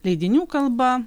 leidinių kalba